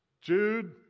Jude